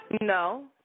No